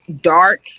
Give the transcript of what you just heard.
dark